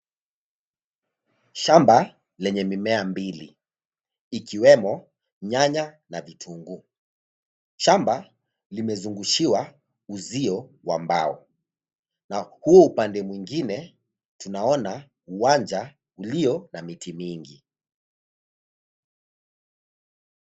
Shamba lenye mimea mbili, ikiwemo nyanya na vitunguu. Shamba limezungushiwa uzio wa mbao. Na huu upande mwingine tunaona uwanja ulio na miti mingi.